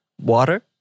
water